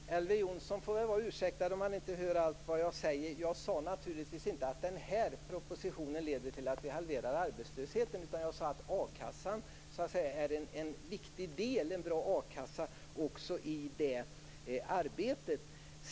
Herr talman! Elver Jonsson får vara ursäktad om han inte hör allt jag säger. Jag sade naturligtvis inte att denna proposition leder till att vi halverar arbetslösheten. Jag sade att en bra a-kassa är en viktig del i det arbetet.